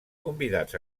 convidats